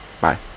Bye